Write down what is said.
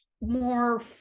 more